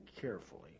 carefully